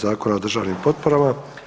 Zakona o državnim potporama.